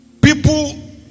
People